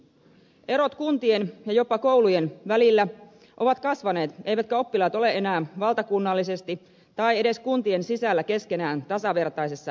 erot kuntien ja jopa koulujen välillä ovat kasvaneet eivätkä oppilaat ole enää valtakunnallisesti tai edes kuntien sisällä keskenään tasavertaisessa asemassa